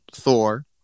Thor